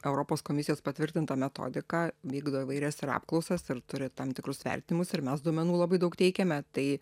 europos komisijos patvirtinta metodika vykdo įvairias apklausas ar turi tam tikrus vertinimus ir mes duomenų labai daug teikiame tai